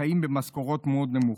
שחיים עם משכורות מאוד נמוכות.